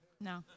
No